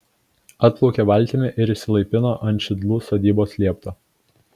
atplaukė valtimi ir išsilaipino ant šidlų sodybos liepto